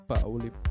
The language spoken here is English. Pauli